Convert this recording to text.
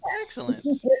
Excellent